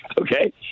Okay